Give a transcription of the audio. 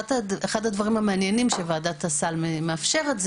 אחד הדברים המעניינים שוועדת הסל מאשרת,